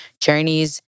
journeys